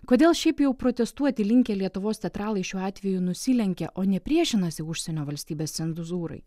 kodėl šiaip jau protestuoti linkę lietuvos teatralai šiuo atveju nusilenkia o ne priešinasi užsienio valstybės cenzūrai